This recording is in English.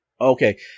Okay